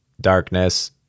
Darkness